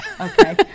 Okay